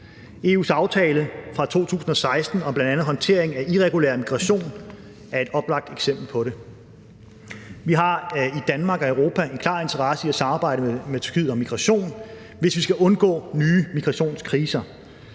EU's aftale fra 2016 om bl.a. håndtering af irregulær migration er et oplagt eksempel på det. Vi har i Danmark og i Europa en klar interesse i at samarbejde med Tyrkiet om migration, hvis vi skal undgå nye migrationskriser,